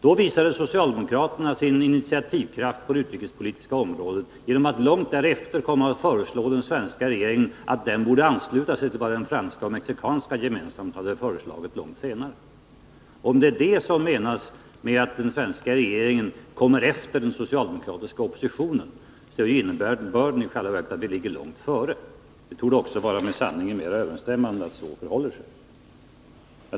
Då visade socialdemokraterna sin initiativkraft på det utrikespolitiska området genom att långt därefter föreslå den svenska regeringen att den borde ansluta sig till vad den franska regeringen och den mexikanska regeringen gemensamt kommit fram till. Är det detta som menas med talet om att den svenska regeringen kommer efter den socialdemokratiska oppositionen? I det här fallet är vi i själva verket långt före.